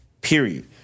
Period